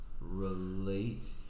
relate